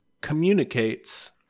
communicates